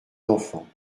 d’enfants